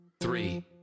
three